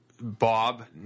Bob